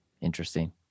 Interesting